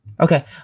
okay